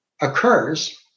occurs